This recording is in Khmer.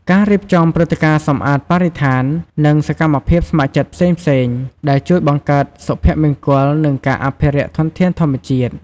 ការរៀបចំព្រឹត្តិការណ៍សម្អាតបរិស្ថាន និងសកម្មភាពស្ម័គ្រចិត្តផ្សេងៗ ដែលជួយបង្កើតសុភមង្គល និងការអភិរក្សធនធានធម្មជាតិ។